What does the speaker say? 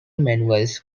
manuals